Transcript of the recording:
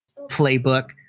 playbook